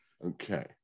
Okay